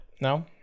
No